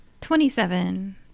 Twenty-seven